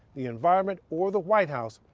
the environment or the white house,